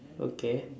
okay